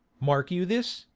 mark you this,